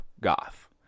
goth